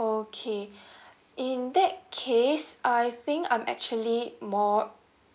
okay in that case I think I'm actually more